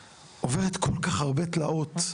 עוברת כל כך הרבה תלאות,